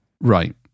Right